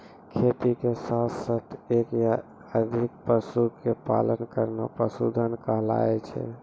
खेती के साथॅ साथॅ एक या अधिक पशु के पालन करना पशुधन कहलाय छै